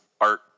art